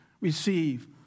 receive